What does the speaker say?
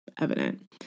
evident